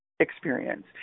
experience